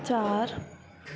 ਚਾਰ